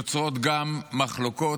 שיוצרות גם מחלוקות,